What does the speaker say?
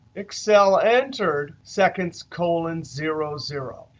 excel entered seconds colon zero zero.